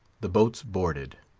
the boats boarded.